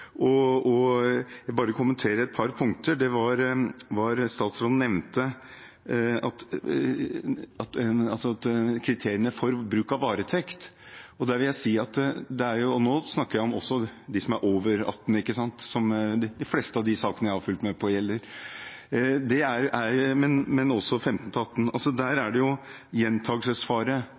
Jeg kommenterer et par punkter. Statsråden nevnte kriteriene for bruk av varetekt – og nå snakker jeg både om dem som er over 18, som de fleste av de sakene jeg har fulgt med på, gjelder, og om dem mellom 15 og 18 – det er gjentakelsesfare, det er fare for trusler mot vitner, vitnepåvirkning osv., som er noen av de viktigste kriteriene for varetekt. Mitt poeng i interpellasjonen var jo